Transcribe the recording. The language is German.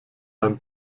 beim